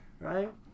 right